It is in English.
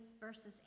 verses